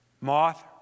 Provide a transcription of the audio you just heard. Moth